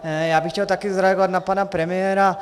Já bych chtěl také zareagovat na pana premiéra.